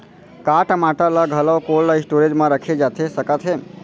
का टमाटर ला घलव कोल्ड स्टोरेज मा रखे जाथे सकत हे?